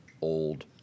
old